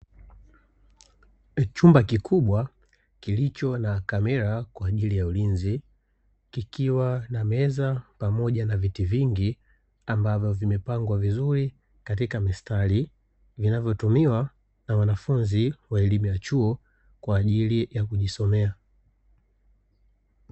Chumba kikubwa kilicho na kamera kwa ajili ya ulinzi, kikiwa na meza pamoja na viti vingi ambavyo vimepangwa vizuri katika mistari, vinavyotumiwa na wanafunzi wa elimu ya chuo, kwa ajili ya kujisomea.